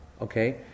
okay